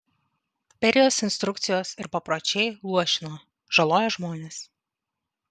berijos instrukcijos ir papročiai luošino žalojo žmones